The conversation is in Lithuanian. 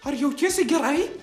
ar jautiesi gerai